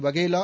Vaghela